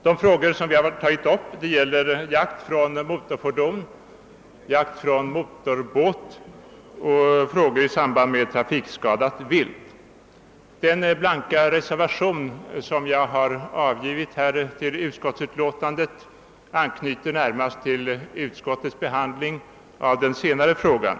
De frågor som vi motionärer tagit upp gäller jakt från motorfordon, jakt från motorbåt och trafikskadat vilt. Den blanka reservation som jag fogat till utskottsutlåtandet anknyter närmast till utskottets behandling av den sistnämnda frågan.